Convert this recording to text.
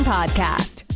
Podcast